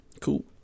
Cool